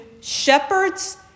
shepherds